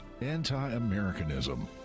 anti-Americanism